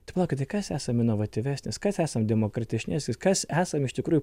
tai palaukite kas esam inovatyvesnis kas esam demokratiškesnis kas esam iš tikrųjų